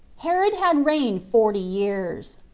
herod had reigned forty years.